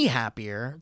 happier